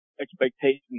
expectations